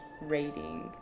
rating